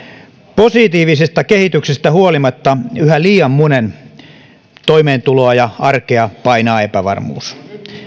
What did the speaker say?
positiivisesta kehityksestä huolimatta yhä liian monen toimeentuloa ja arkea painaa epävarmuus